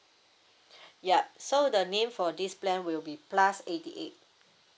yup so the name for this plan will be plus eighty eight